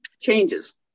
changes